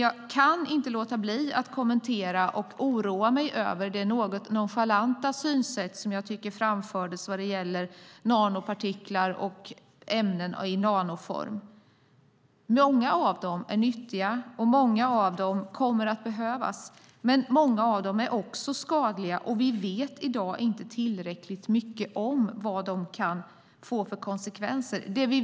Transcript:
Jag kan ändå inte låta bli att kommentera och uttrycka min oro över den något nonchalanta syn som jag tycker framfördes när det gäller nanopartiklar och ämnen i nanoform. Många av dem är nyttiga, och många av dem kommer att behövas. Men många av dem är också skadliga. I dag vet vi inte tillräckligt mycket om vilka konsekvenser de kan få.